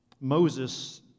Moses